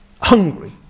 hungry